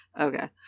Okay